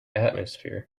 atmosphere